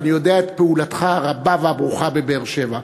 ואני יודע את פעולתך הרבה והברוכה בבאר-שבע.